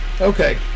Okay